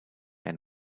and